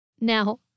Now